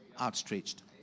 outstretched